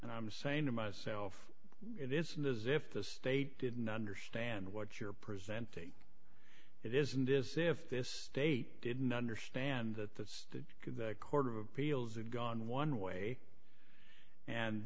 and i'm saying to myself it isn't as if the state didn't understand what you're presenting it isn't as if this state didn't understand that this the court of appeals had gone one way and